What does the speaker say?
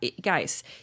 guys